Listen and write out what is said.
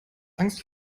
angst